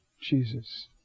Jesus